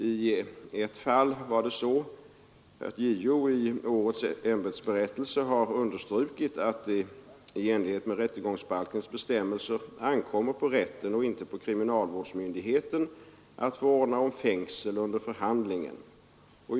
I ett fall har JO i årets ämbetsberättelse understrukit att det i enlighet med rättegångsbalkens bestämmelser ankommer på rätten och inte på kriminalvårdsmyndigheten att förordna om fängsel under förhandlingen.